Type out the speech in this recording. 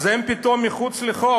אז הם פתאום מחוץ לחוק?